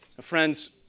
Friends